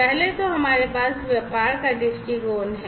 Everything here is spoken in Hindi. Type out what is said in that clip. पहले तो हमारे पास व्यापार का दृष्टिकोण है